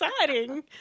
exciting